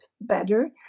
better